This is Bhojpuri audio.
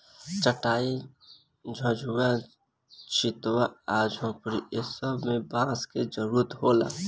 चाटाई, झउवा, छित्वा आ झोपड़ी ए सब मे बांस के जरुरत होला